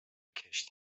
کشت